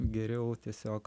geriau tiesiog